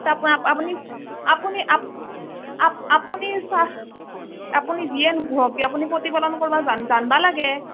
আপুনি আ আপুনি যিয়ে নোপোহক কিয় আপুনি প্ৰতিপালন কৰবা জানবা লাগে